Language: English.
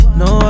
no